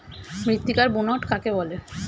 মৃত্তিকার বুনট কাকে বলে?